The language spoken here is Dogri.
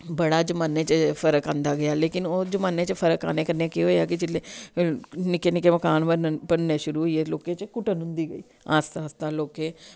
बड़ा जमाने च फर्क आंदा गेआ लेकिन ओह् जमाने च फर्क आने कन्नै केह् होया कि जेल्ले निक्के निक्के मकान बनने शुरू होईये लोकें च घुचन होंदी गेई आस्ता आस्ता लोकें